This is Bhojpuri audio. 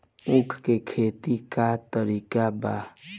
उख के खेती का तरीका का बा?